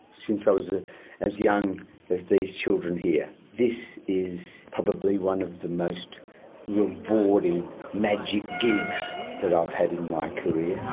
since i was ah as young as these children here. this is probably one of the most rewarding magic gigs that i've had in my career.